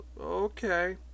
Okay